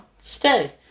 stay